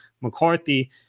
McCarthy